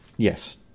Yes